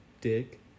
dick